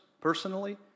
personally